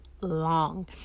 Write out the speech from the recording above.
long